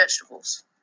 vegetables